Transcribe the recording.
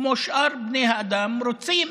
כמו שאר בני האדם, רוצים